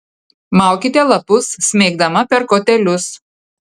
maukite lapus smeigdama per kotelius